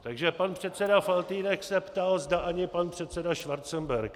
Takže pan předseda Faltýnek se ptal, zda ani pan předseda Schwarzenberg.